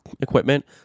equipment